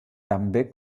també